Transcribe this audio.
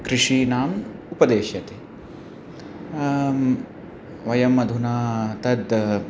कृषिकाणाम् उपदिश्यते वयम् अधुना तद्